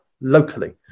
locally